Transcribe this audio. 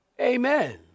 Amen